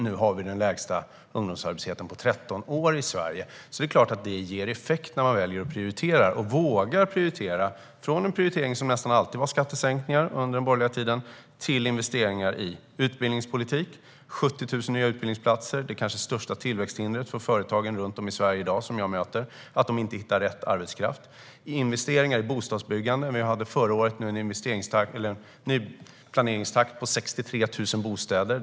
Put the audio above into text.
Nu har vi den lägsta ungdomsarbetslösheten på 13 år i Sverige. Det är klart att det får effekt när man väljer vad som ska prioriteras. Från en prioritering som nästan alltid handlade om skattesänkningar under den borgerliga tiden vågar man nu investera i utbildningspolitik och i 70 000 nya utbildningsplatser. Det är kanske det största tillväxthindret för företagen runt om i Sverige i dag, att de inte hittar rätt arbetskraft. Vi har investerat i bostadsbyggande. Förra året var planeringstakten 63 000 bostäder.